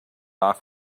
off